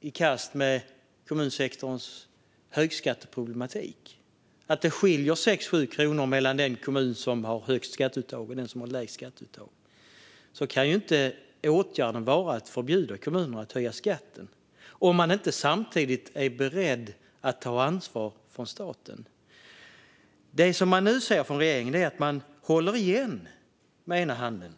i kast med kommunsektorns högskatteproblematik, att det skiljer sex sju kronor mellan den kommun som har högst skatteuttag och den som har lägst skatteuttag, kan ju inte åtgärden vara att förbjuda kommuner att höja skatten om man inte samtidigt är beredd att ta ansvar från statens sida. Det vi nu ser är att regeringen håller igen med ena handen.